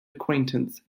acquaintance